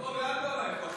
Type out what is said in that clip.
לאן אתה הולך?